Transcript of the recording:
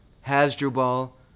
Hasdrubal